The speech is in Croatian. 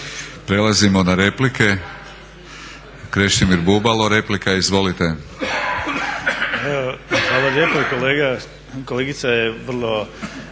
Prelazimo na replike. Krešimir Bubalo, replika. Izvolite.